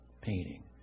painting